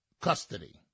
custody